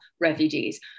refugees